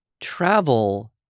travel